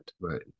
Right